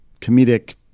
comedic